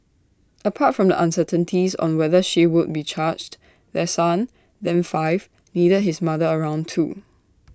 apart from the uncertainties on whether she would be charged their son then five needed his mother around too